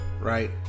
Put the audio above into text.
Right